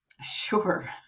Sure